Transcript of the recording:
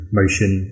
motion